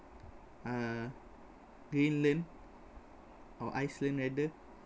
uh greenland or iceland rather